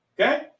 Okay